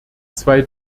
zwei